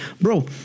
Bro